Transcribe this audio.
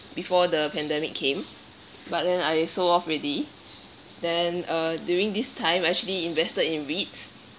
before the pandemic came but then I sold off already then uh during this time actually invested in REITs